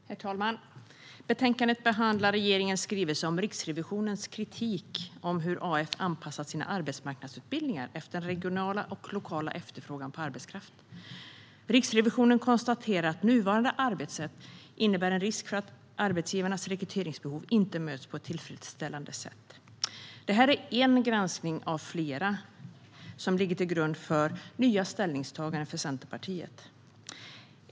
Herr talman! I betänkandet behandlas regeringens skrivelse om Riksrevisionens kritik om hur Arbetsförmedlingen anpassat sina arbetsmarknadsutbildningar efter regional och lokal efterfrågan på arbetskraft. Riksrevisionen konstaterar att nuvarande arbetssätt innebär en risk för att arbetsgivarnas rekryteringsbehov inte möts på ett tillfredsställande sätt. Det här är en granskning av flera som ligger till grund för nya ställningstaganden för Centerpartiet.